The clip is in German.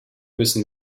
müssen